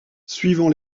suivant